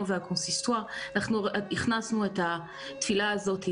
וה-consistoire אנחנו הכנסנו את התפילה הזאת.